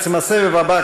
בעצם הסבב הבא,